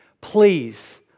Please